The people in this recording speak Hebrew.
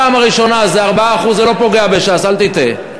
הפעם הראשונה זה 4% זה לא פוגע בש"ס, אל תטעה.